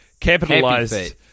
capitalized